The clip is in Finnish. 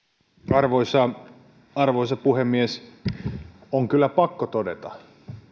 arvoisa arvoisa puhemies on kyllä pakko todeta